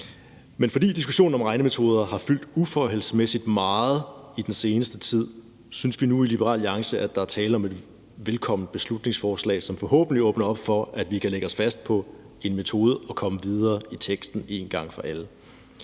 Men fordi diskussionen om regnemetoder i den seneste tid har fyldt uforholdsmæssigt meget, synes vi nu i Liberal Alliance, at der er tale om en velkomment beslutningsforslag, som forhåbentlig åbner op for, at vi kan lægge os fast på en metode og komme videre i teksten en gang for alle.